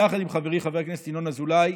יחד עם חברי חבר הכנסת ינון אזולאי,